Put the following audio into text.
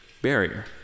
Barrier